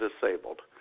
disabled